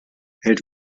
hält